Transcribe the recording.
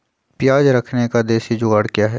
प्याज रखने का देसी जुगाड़ क्या है?